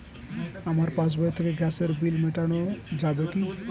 আমার পাসবই থেকে গ্যাসের বিল মেটানো যাবে কি?